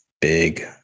big